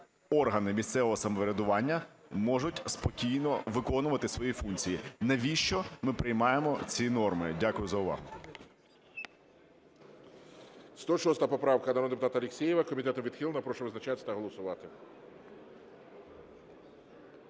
органи місцевого самоврядування можуть спокійно виконувати свої функції? Навіщо ми приймаємо ці норми? Дякую за увагу.